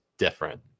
different